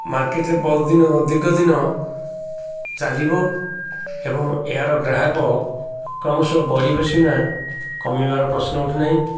ମାର୍କେଟରେ ବହୁତ ଦିନ ଦୀର୍ଘ ଦିନ ଚାଲିବ ଏବଂ ଏହାର ଗ୍ରାହକ କ୍ରମଶଃ ବଢ଼ିବେ ସିନା କମିବାର ପ୍ରଶ୍ନ ଉଠୁନାହିଁ